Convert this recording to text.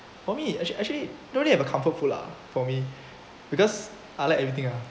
for me actual actually don't really have a comfort food lah for me because I like everything ah